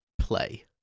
play